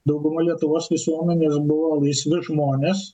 dauguma lietuvos visuomenės buvo laisvi žmonės